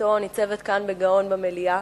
שתמונתו ניצבת כאן בגאון במליאה.